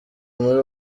muri